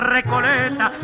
Recoleta